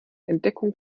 entdeckung